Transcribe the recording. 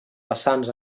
vessants